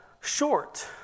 short